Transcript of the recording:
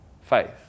Faith